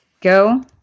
Go